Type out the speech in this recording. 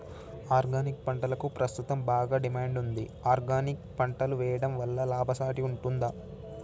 Organic పంటలకు ప్రస్తుతం బాగా డిమాండ్ ఉంది ఆర్గానిక్ పంటలు వేయడం వల్ల లాభసాటి ఉంటుందా?